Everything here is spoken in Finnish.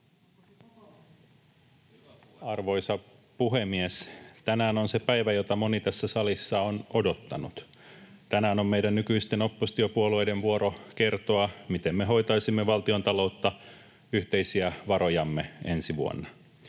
Arvoisa puhemies! Tänään on se päivä, jota moni tässä salissa on odottanut. Tänään on meidän nykyisten oppositiopuolueiden vuoro kertoa, miten me hoitaisimme valtiontaloutta, yhteisiä varojamme, ensi vuonna.